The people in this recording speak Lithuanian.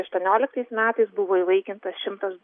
aštuonioliktais metais buvo įvaikintas šimtas